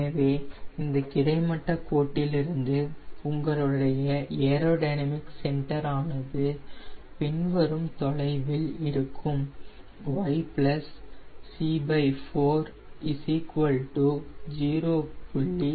எனவே இந்த கிடைமட்ட கோட்டிலிருந்து உங்களுடைய ஏரோடைனமிக் சென்டர் ஆனது பின்வரும் தொலைவில் இருக்கும் y c4 0